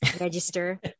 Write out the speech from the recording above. register